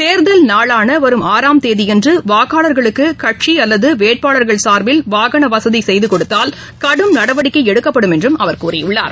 தேர்தல் நாளானவரும் ஆறாம் தேதியன்றுவாக்காளர்களுக்குகட்சிஅல்லதுவேட்பாளர்கள் சார்பில் வாகனவசதி செய்துகொடுத்தால் கடும் நடவடிக்கைஎடுக்கப்படும் என்றுஅவர் கூறியுள்ளார்